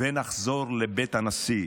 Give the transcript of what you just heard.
ונחזור לבית הנשיא.